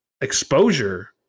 exposure